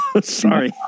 sorry